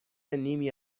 نیمی